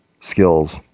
skills